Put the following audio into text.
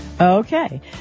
Okay